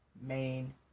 main